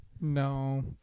No